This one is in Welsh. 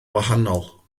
wahanol